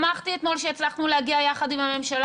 שמחתי אתמול שהצלחנו להגיע יחד עם הממשלה